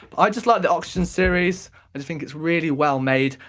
but i just like the oxygen series, i just think it's really well-made.